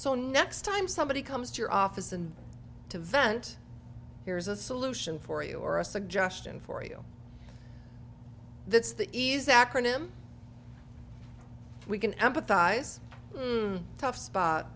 so next time somebody comes to your office and to vent here is a solution for you or a suggestion for you that's the easy acronym we can empathize tough spot